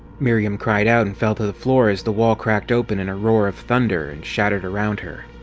miriam cried out and fell to the floor as the wall cracked open in a roar of thunder and shattered around her.